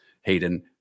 Hayden